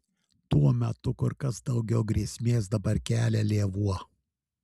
tuo metu kur kas daugiau grėsmės dabar kelia lėvuo